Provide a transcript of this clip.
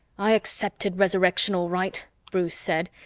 i accepted resurrection all right, bruce said,